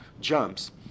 jumps